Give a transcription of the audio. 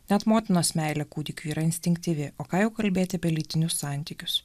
net motinos meilė kūdikiui yra instinktyvi o ką jau kalbėti apie lytinius santykius